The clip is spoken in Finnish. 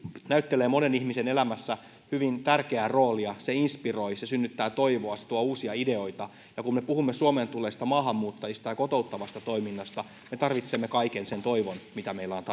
näyttelee monen ihmisen elämässä hyvin tärkeää roolia se inspiroi se synnyttää toivoa se tuo uusia ideoita kun me puhumme suomeen tulleista maahanmuuttajista ja kotouttavasta toiminnasta me tarvitsemme kaiken sen toivon mitä meillä on